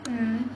um